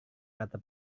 kata